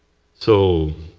so